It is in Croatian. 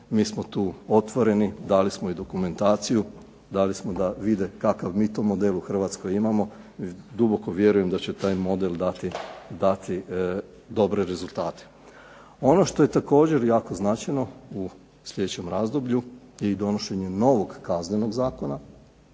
Mi smo tu otvoreni, dali smo i dokumentaciju, dali smo da vide kakav mi to model u Hrvatskoj imamo, duboko vjerujem da će taj model dati dobre rezultate. Ono što je također jako značajno u sljedećem razdoblju je i donošenje novog Kaznenog zakona,